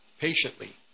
patiently